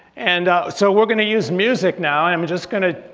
and so we're gonna use music now and i'm just gonna.